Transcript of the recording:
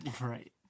Right